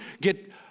get